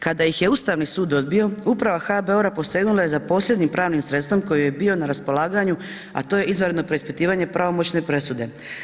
Kada ih je Ustavni sud odbio uprava HBOR-a posegnula je za posljednjim pravnim sredstvom koji joj je bio na raspolaganju a to je izvanredno preispitivanje pravomoćne presude.